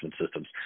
systems